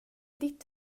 ditt